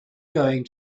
going